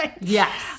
Yes